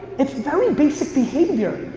it's very basic behavior.